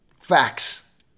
facts